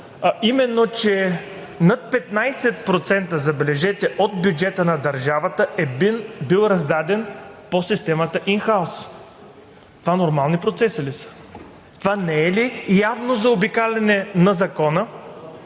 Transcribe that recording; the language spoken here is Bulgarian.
именно, че над 15%, забележете, от бюджета на държавата е бил раздаден по системата ин хаус. Това нормални процеси ли са?! Това не е ли явно заобикаляне на Закона